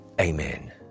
Amen